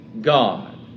God